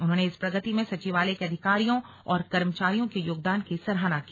उन्होंने इस प्रगति में सचिवालय के अधिकारियों और कर्मचारियों के योगदान की सराहना की